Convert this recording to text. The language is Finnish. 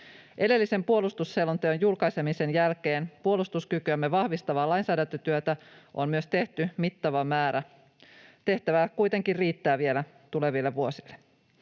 Edellisen puolustusselonteon julkaisemisen jälkeen puolustuskykyämme vahvistavaa lainsäädäntötyötä on myös tehty mittava määrä. Tehtävää kuitenkin riittää vielä tuleville vuosille.